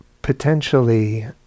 potentially